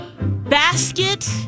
Basket